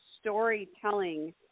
storytelling